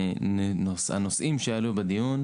לנושאים שעלו בדיון.